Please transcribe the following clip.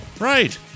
right